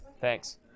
Thanks